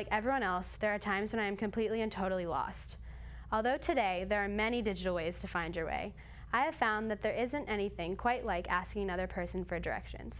like everyone else there are times when i am completely and totally lost although today there are many digital ways to find your way i have found that there isn't anything quite like asking another person for directions